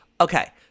Okay